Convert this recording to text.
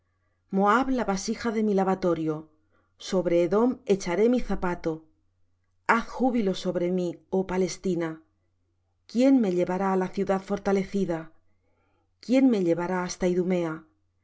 moab la vasija de mi lavatorio sobre edom echaré mi zapato haz júbilo sobre mí oh palestina quién me llevará á la ciudad fortalecida quién me llevará hasta idumea